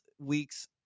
week's